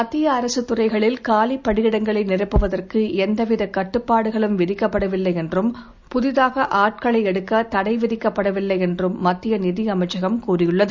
மத்திய அரசு துறைகளில் காலிப் பணியிடங்களை நிரப்புவதற்கு எந்தவித கட்டுப்பாடுகளும் விதிக்கப்படவில்லை என்றும் புதிதாக ஆட்களை எடுக்க தடை விதிக்கப்படவில்லை என்றும் மத்திய நிதியமைச்சகம் கூறியுள்ளது